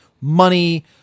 money